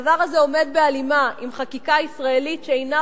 הדבר הזה עומד בהלימה עם החקיקה הישראלית שאינה